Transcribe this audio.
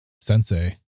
sensei